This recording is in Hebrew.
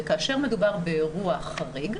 וכאשר מדובר באירוע חריג,